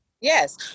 Yes